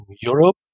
Europe